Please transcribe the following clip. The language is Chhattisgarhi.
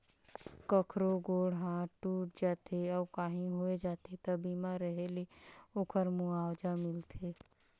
कखरो गोड़ हाथ टूट जाथे अउ काही होय जाथे त बीमा रेहे ले ओखर मुआवजा मिलथे